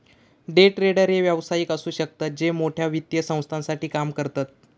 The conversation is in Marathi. डे ट्रेडर हे व्यावसायिक असु शकतत जे मोठ्या वित्तीय संस्थांसाठी काम करतत